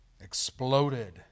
exploded